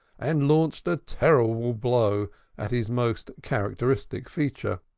and launched a terrible blow at his most characteristic feature.